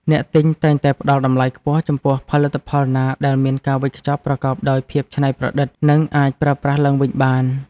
អ្នកទិញតែងតែផ្តល់តម្លៃខ្ពស់ចំពោះផលិតផលណាដែលមានការវេចខ្ចប់ប្រកបដោយភាពច្នៃប្រឌិត និងអាចប្រើប្រាស់ឡើងវិញបាន។